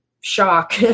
shock